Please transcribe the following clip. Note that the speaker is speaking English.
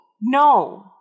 no